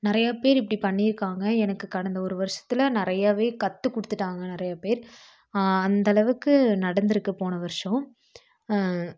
நிறையா பேர் இப்படி பண்ணிருக்காங்க எனக்கு கடந்த ஒரு வருஷத்தில் நிறையாவே கற்று கொடுத்துட்டாங்க நிறையா பேர் அந்த அளவுக்கு நடந்துருக்கு போன வருடம்